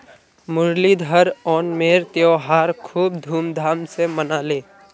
मुरलीधर ओणमेर त्योहार खूब धूमधाम स मनाले